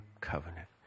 covenant